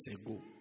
ago